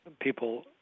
people